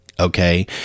Okay